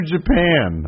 Japan